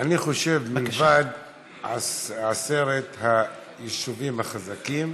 אני חושב שמלבד עשרת היישובים החזקים,